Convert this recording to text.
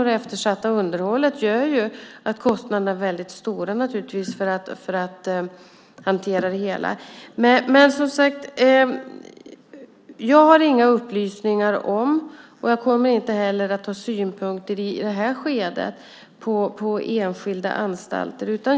Det eftersatta underhållet gör att kostnaderna blir stora för att hantera det hela. Jag har som sagt inga upplysningar om enskilda anstalter, och jag kommer inte heller att ha några synpunkter på detta i det här skedet.